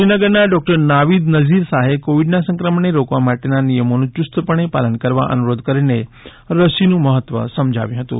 શ્રીનગરના ડોકટર નાવીદ નઝીર શાહે કોવીડના સંક્રમણને રોકવા માટેના નિયમોનું યુસ્તપણે પાલન કરવા અનુરોધ કરીને રસીનું મહત્વ સમજાવ્યું હતું